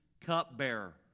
cupbearer